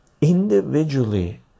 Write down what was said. individually